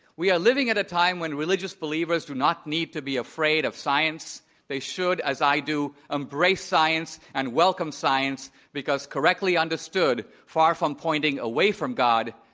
we are living at a time when religious believers do not need to be afraid of science they should, as i do, embrace science and welcome science because correctly understood, far from pointing away from god,